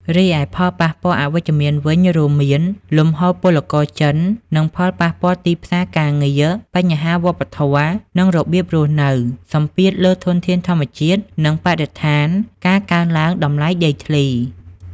រីឯផលប៉ះពាល់អវិជ្ជមានវិញរួមមាន លំហូរពលករចិន និងផលប៉ះពាល់ទីផ្សារការងារ បញ្ហាវប្បធម៌ និងរបៀបរស់នៅ សម្ពាធលើធនធានធម្មជាតិ និងបរិស្ថាន ការកើនឡើងតម្លៃដីធ្លី។